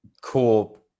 cool